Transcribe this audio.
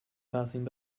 passing